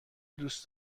دوست